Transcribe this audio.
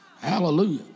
Hallelujah